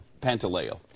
Pantaleo